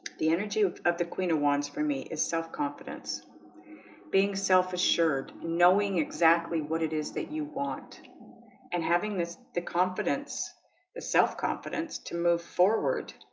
the energy of of the queen of wands for me is self confidence being self-assured knowing exactly what it is that you want and having this the confidence the self confidence to move forward